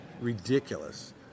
ridiculous